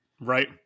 Right